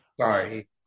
Sorry